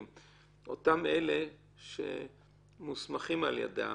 אותם אלה שמוסמכים על ידם,